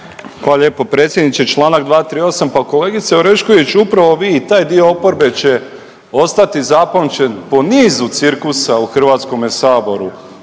Hvala lijepo predsjedniče. Članak 238., pa kolegice Orešković upravo vi i taj dio oporbe će ostati zapamćen po nizu cirkusa u Hrvatskome saboru,